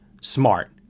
smart